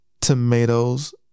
tomatoes